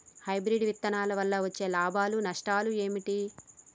Hybrid విత్తనాల వల్ల వచ్చే లాభాలు నష్టాలు ఏమిటి?